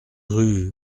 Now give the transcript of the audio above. rue